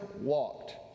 walked